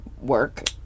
work